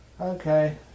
Okay